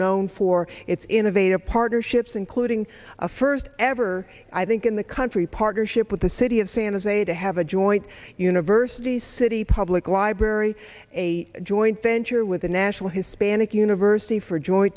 known for its innovative partnerships including a first ever i think in the country partnership with the city of san jose to have a joint university city public library a joint venture with the national hispanic university